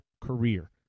career